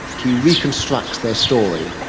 he reconstructs their story,